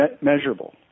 measurable